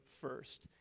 first